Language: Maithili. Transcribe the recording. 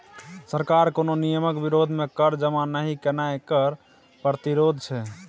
सरकार कोनो नियमक विरोध मे कर जमा नहि केनाय कर प्रतिरोध छै